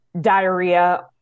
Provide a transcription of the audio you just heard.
Diarrhea